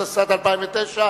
התש"ע 2010,